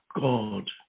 God